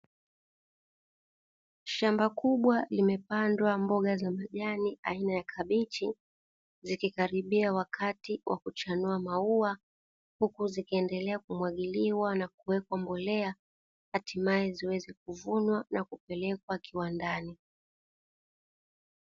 Shamba kubwa limepandwa mboga za majani aina ya kabichi zikikaribia wakati wa kuchanua mauwa, huku zikiendelea kumwagilia na kuwekwa mbolea hatimaye ziweze kuvunwa na kupelekwa kiwandani.